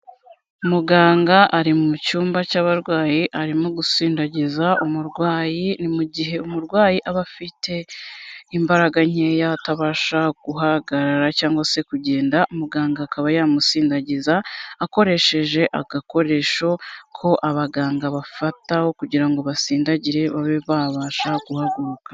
Muganga ari mu cyumba cy'abarwayi arimo gusindagiza umurwayi ni mu gihe umurwayi aba afite imbaraga nkeya atabasha guhagarara cyangwa se kugenda, muganga akaba yamusindagiza akoresheje agakoresho ko abaganga bafataho kugira ngo basindagire babe babasha guhaguruka.